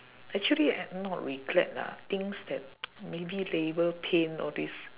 actually uh not regret lah things that maybe labour pain all these